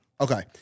Okay